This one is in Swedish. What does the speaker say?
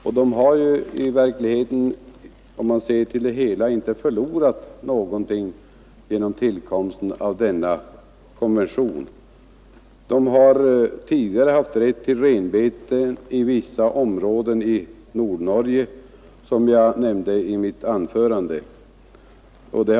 Om man ser till det hela har de inte förlorat någonting genom tillkomsten av denna konvention. De har tidigare haft rätt till renbete i vissa områden i Nordnorge, som jag nämnde i mitt tidigare anförande.